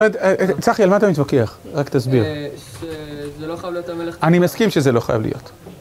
‫צחי, על מה אתה מתווכח? ‫רק תסביר. ‫שזה לא חייב להיות המלך... ‫-אני מסכים שזה לא חייב להיות.